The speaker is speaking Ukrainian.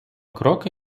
кроки